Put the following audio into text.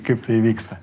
kaip tai vyksta